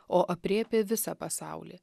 o aprėpė visą pasaulį